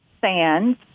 sand